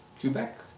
Quebec